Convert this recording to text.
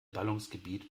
ballungsgebiet